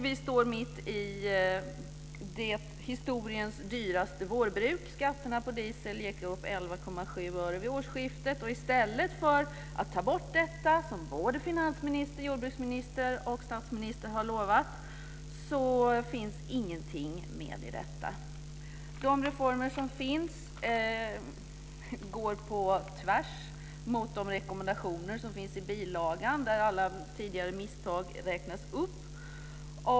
Vi står mitt i historiens dyraste vårbruk. Skatterna på diesel gick upp med 11,7 öre vid årsskiftet. I stället för att ta bort detta - som både finansminister, jordbruksminister och statsminister har lovat - finns ingenting med. De reformer som finns går på tvärs mot de rekommendationer som finns i bilagan, där alla tidigare misstag räknas upp.